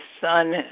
son